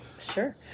Sure